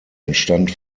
entstand